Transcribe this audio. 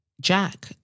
jack